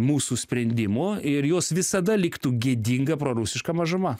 mūsų sprendimų ir jos visada liktų gėdinga prorusiška mažuma